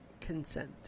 consent